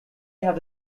have